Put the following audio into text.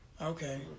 Okay